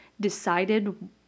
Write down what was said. decided